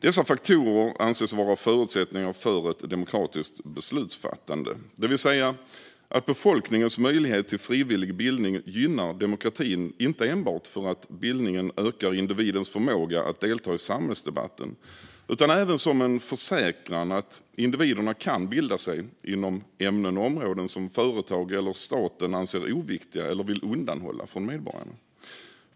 Dessa faktorer anses vara förutsättningar för ett demokratiskt beslutsfattande, det vill säga att befolkningens möjlighet till frivillig bildning gynnar demokratin inte enbart för att bildningen ökar individens förmåga att delta i samhällsdebatten utan även som en försäkran att individerna kan bilda sig inom ämnen och områden som företag eller staten anser oviktiga eller vill undanhålla från medborgarna.